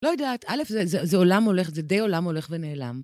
לא יודעת, א', זה עולם הולך, זה די עולם הולך ונעלם.